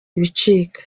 ibicika